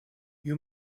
you